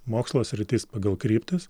mokslo sritis pagal kryptis